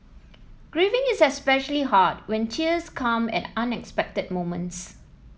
grieving is especially hard when tears come at unexpected moments